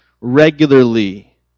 regularly